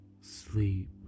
sleep